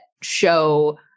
show